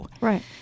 Right